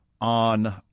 on